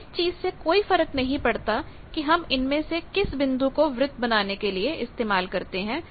तो इस चीज से कोई फर्क नहीं पड़ता कि हम इनमें से किस बिंदु को वृत्त बनाने के लिए इस्तेमाल करते हैं